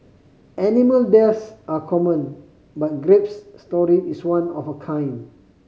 animal deaths are common but Grape's story is one of a kind